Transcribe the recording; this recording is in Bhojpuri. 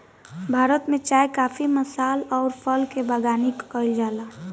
भारत में चाय काफी मसाल अउर फल के बगानी कईल जाला